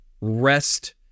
rest